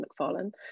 McFarlane